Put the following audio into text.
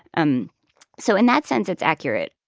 um so in that sense, it's accurate